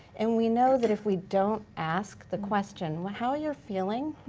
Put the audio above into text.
and we know that if we don't ask the question, well how're you feeling?